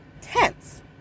tense